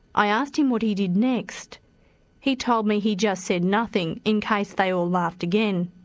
i asked him what he did next he told me he just said nothing in case they all laughed again.